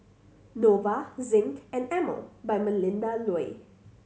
Nova Zinc and Emel by Melinda Looi